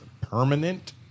Permanent